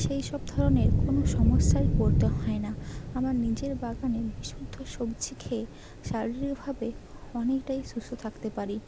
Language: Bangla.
সেইসব ধরনের কোনও সমস্যায় পড়তে হয় না আমার নিজের বাগানে বিশুদ্ধ সবজি খেয়ে শারীরিকভাবে অনেকটাই সুস্থ থাকতে পারি